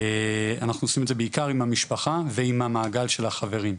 אנחנו עושים את זה בעיקר עם המשפחה ועם המעגל של החברים,